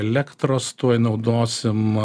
elektros tuoj naudosim